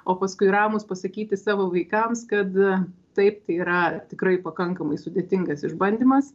o paskui ramūs pasakyti savo vaikams kad taip tai yra tikrai pakankamai sudėtingas išbandymas